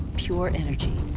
pure energy.